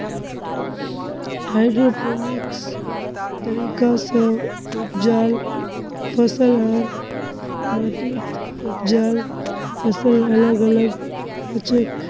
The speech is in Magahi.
हाइड्रोपोनिक्स तरीका स उपजाल फसल आर माटीत उपजाल फसल अलग अलग हछेक